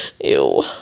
Ew